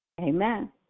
Amen